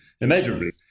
immeasurably